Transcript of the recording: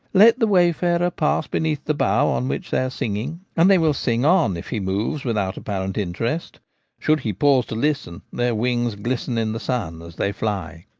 let the wayfarer pass beneath the bough on which they are singing, and they will sing on, if he moves without apparent interest should he pause to listen, their wings glisten in the sun as they fly.